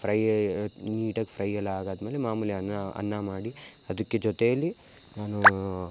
fry ನೀಟಾಗಿ fry ಎಲ್ಲ ಆಗಾದ ಮೇಲೆ ಮಾಮೂಲಿ ಅನ್ನ ಅನ್ನ ಮಾಡಿ ಅದಕ್ಕೆ ಜೊತೆಯಲ್ಲಿ ನಾನು